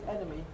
enemy